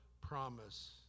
promise